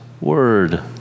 word